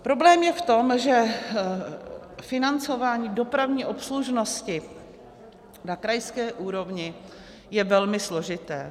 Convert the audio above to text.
Problém je v tom, že financování v dopravní obslužnosti na krajské úrovni je velmi složité.